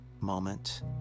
moment